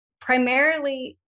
primarily